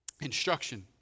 instruction